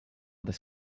this